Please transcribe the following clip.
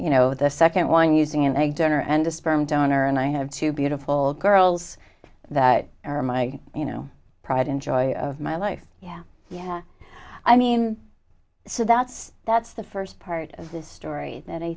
you know the second one using an egg donor and a sperm donor and i have two beautiful girls that are my you know pride and joy of my life yeah yeah i mean so that's that's the first part of this story that i